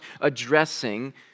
addressing